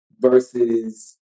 versus